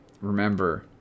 remember